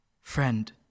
Friend